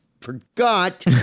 forgot